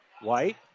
White